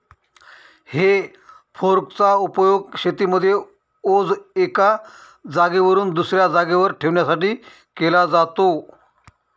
हे फोर्क चा उपयोग शेतीमध्ये ओझ एका जागेवरून दुसऱ्या जागेवर ठेवण्यासाठी केला जातो